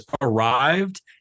arrived